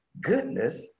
Goodness